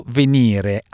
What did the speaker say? venire